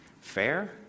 fair